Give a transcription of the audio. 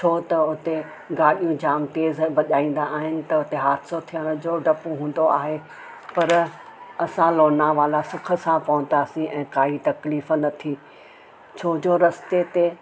छो त उते गाॾियूं जाम तेज़ भॼाईंदा आहिनि त उते हादिसो थियण जो डपु हूंदो आहे पर असां लोनावला सुखु सां पहुतासीं ऐं काई तकलीफ़ न थी छो जो रस्ते ते